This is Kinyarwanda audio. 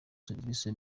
serivisi